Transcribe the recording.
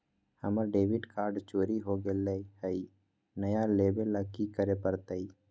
हमर debit card चोरी हो गेले हई, नया लेवे ल की करे पड़तई?